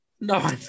No